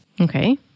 Okay